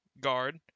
guard